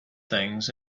things